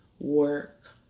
work